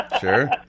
Sure